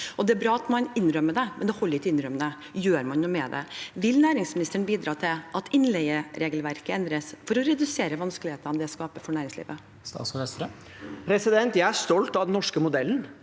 Det er bra at man innrømmer det, men det holder ikke. Gjør man noe med det? Vil næringsministeren bidra til at innleieregelverket endres for å redusere vanskelighetene det skaper for næringslivet? Statsråd Jan Christian Vestre